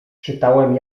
czytałem